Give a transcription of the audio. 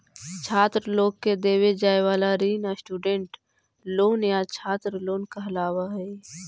छात्र लोग के देवे जाए वाला ऋण स्टूडेंट लोन या छात्र लोन कहलावऽ हई